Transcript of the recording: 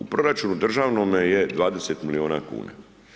U proračunu državnome je 20 milijuna kn.